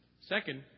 Second